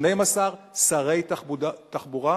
12 שרי תחבורה,